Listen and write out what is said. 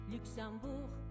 Luxembourg